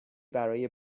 برای